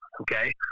okay